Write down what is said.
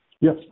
Yes